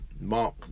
Mark